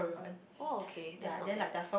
oh okay that's not bad